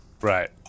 Right